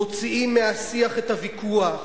מוציאים מהשיח את הוויכוח,